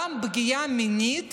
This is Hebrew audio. גם פגיעה מינית